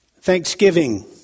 Thanksgiving